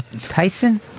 Tyson